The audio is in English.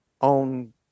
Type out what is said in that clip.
on